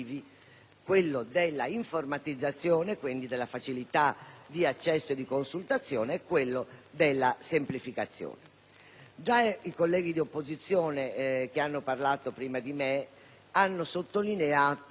quello dell'informatizzazione, e quindi della facilità di accesso e di consultazione, e quello della semplificazione. Già i colleghi dell'opposizione che mi hanno preceduto hanno sottolineato